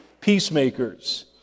peacemakers